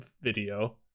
video